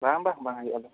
ᱵᱟᱝ ᱵᱟᱝ ᱵᱟᱝ ᱦᱩᱭᱩᱜᱼᱟ ᱟᱫᱚ